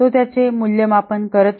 तो त्याचे मूल्यमापन करत नाही